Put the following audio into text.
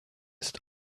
ist